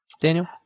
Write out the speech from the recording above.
Daniel